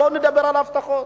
בוא נדבר על הבטחות.